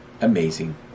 Amazing